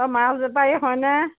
অঁ মাছ বেপাৰী হয়নে